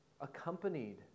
accompanied